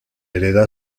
hereda